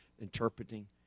interpreting